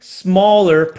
smaller